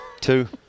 Two